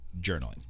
journaling